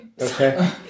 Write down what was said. okay